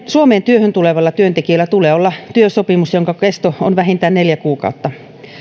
suomeen työhön tulevalla työntekijällä tulee olla työsopimus jonka kesto on vähintään neljä kuukautta